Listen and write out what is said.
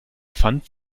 fand